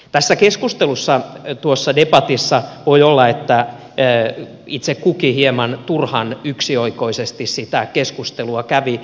tässä keskustelussa tuossa debatissa voi olla että itse kukin hieman turhan yksioikoisesti sitä keskustelua kävi